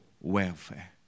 welfare